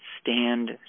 stand